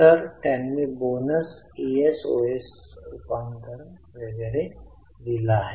तर त्यांनी bonus ESOS रूपांतरण वगैरे दिला आहे